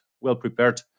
well-prepared